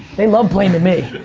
they love blaming me,